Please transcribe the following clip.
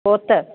പോത്ത്